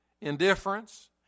indifference